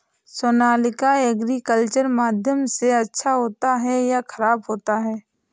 Sonalika agriculture माध्यम से अच्छा होता है या ख़राब होता है?